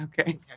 Okay